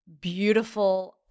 beautiful